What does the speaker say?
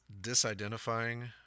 Disidentifying